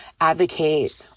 advocate